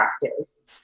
practice